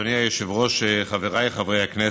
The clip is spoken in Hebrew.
אדוני היושב-ראש, חבריי חברי הכנסת,